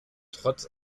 trotz